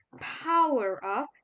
power-up